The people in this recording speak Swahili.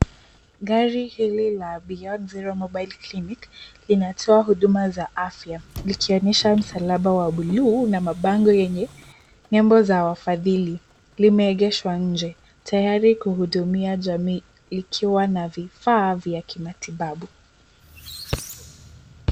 Gari hili la Beyond Zero Mobile Clinic linatoa huduma za afya likionyesha msalaba wa bluu na mabango yenye nembo za wafadhili. Limeegeshwa nje tayari kuhudumia jamii likiwa na vifaa vya kimatibabu.